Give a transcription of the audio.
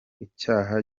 icyaha